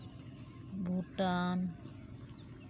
Bhutan